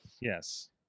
Yes